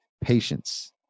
patience